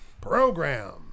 program